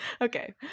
Okay